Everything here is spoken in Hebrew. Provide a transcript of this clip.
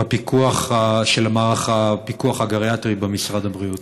בפיקוח של מערך הפיקוח הגריאטרי במשרד הבריאות?